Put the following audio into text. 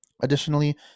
additionally